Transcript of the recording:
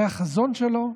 זה החזון שלו,